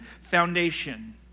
foundation